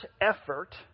effort